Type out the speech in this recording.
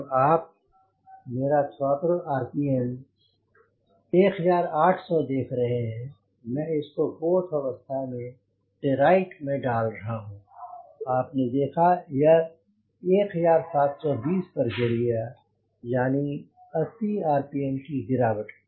जब आप मेरा थ्रोटल आरपीएम 1800 देख रहे हैं मैं इसको 'BOTH' अवस्था से राइट में डाल रहा हूँ आपने देखा यह 1720 पर गिर गया यानी 80 आरपीएम की गिरावट